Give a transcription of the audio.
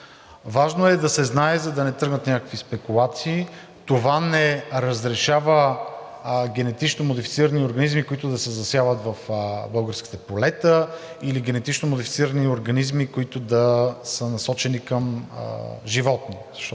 Важно е да се знае, за да не тръгнат някакви спекулации. Това не разрешава генетично модифицирани организми, които да се засяват в българските полета или генетично модифицирани организми, които да са насочени към животни,